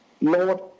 Lord